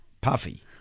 Puffy